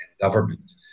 government